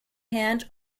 hand